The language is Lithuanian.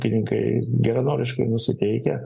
pinigai geranoriškai nusiteikę